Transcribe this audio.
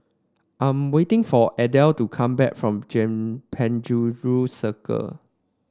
I am waiting for Adelle to come back from Penjuru Circle